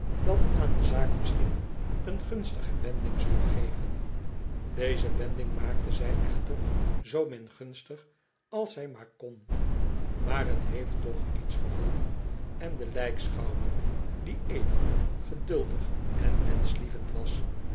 dat aan de zaak misschien een gunstige wending zou geven deze wending maakte zij echter zoo min gunstig als zij maar kon doch t heeft toch iets geholpen en de lijkschouwer die edel geduldig en menschlievend was